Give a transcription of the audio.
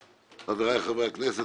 חבריי חברי הכנסת,